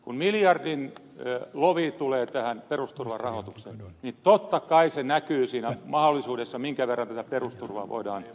kun miljardin lovi tulee tähän perusturvan rahoitukseen niin totta kai se näkyy siinä mahdollisuudessa minkä verran tätä perusturvaa voidaan parantaa